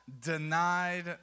denied